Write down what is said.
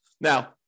Now